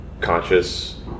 conscious